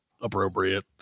appropriate